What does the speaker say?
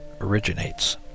originates